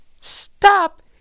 Stop